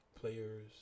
players